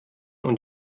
und